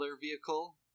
vehicle